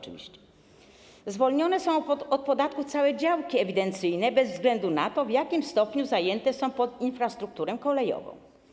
Zwolnione są od podatku całe działki ewidencyjne, bez względu na to, w jakim stopniu zajęte są pod infrastrukturę kolejową.